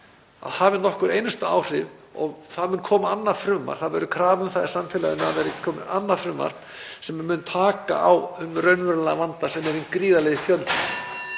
hafi nokkur einustu áhrif. Það mun koma annað frumvarp. Það verður krafa um það í samfélaginu að það komi annað frumvarp sem mun taka á þeim raunverulega vanda sem er hinn gríðarlegi fjöldi,